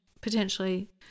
potentially